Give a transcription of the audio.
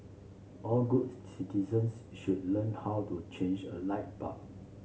all good citizens should learn how to change a light bulb